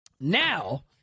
now